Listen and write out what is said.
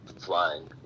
flying